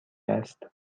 است